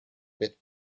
bit